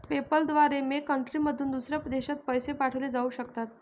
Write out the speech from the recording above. PayPal द्वारे make कंट्रीमधून दुसऱ्या देशात पैसे पाठवले जाऊ शकतात